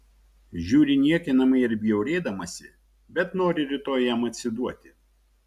žiūri niekinamai ir bjaurėdamasi bet nori rytoj jam atsiduoti